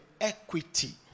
equity